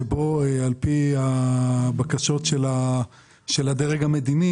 שבו על פי הבקשות של הדרג המדיני